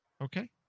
Okay